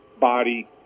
body